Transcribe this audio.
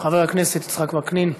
חבר הכנסת יצחק וקנין,